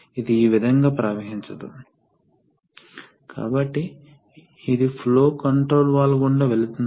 కాబట్టి ఇప్పుడు ఈ వాల్వ్ యొక్క ఆపరేషన్ పైలట్ ప్రెషర్ ద్వారా పరిమితం కాలేదు ఎందుకంటే పైలట్ ప్లగ్ చేయబడిన పోర్టుకు అనుసంధానించబడి ఉంది కాబట్టి పైలట్ వాల్వ్ ను వెంట్ చేయదు